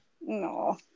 No